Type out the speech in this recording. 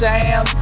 Sam